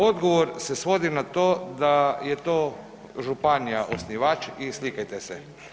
Odgovor se svodi na to da je to županija osnivač i slikajte se.